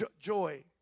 Joy